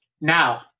Now